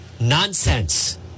nonsense